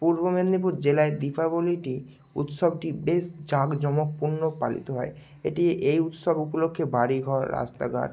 পূর্ব মেদিনীপুর জেলায় দীপাবলীটি উৎসবটি বেশ জাঁকজমকপূর্ণ পালিত হয় এটি এই উৎসব উপলক্ষে বাড়ি ঘর রাস্তাঘাট